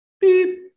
Beep